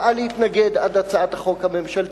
קבעה להתנגד עד שתוגש הצעת החוק הממשלתית.